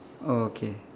okay